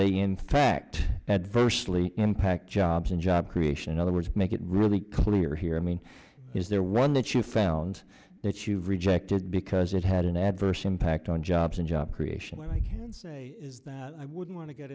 they impact adversely impact jobs and job creation other words make it really clear here i mean is there one that you found that you've rejected because it had an adverse impact on jobs and job creation but i can say is that i wouldn't want to get